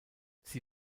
sie